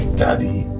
daddy